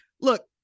Look